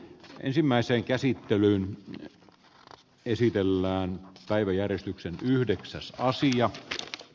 ensimmäisen käsittelyn ja esitellään päiväjärjestyksen yhdeksäs osingot